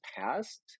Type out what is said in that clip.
past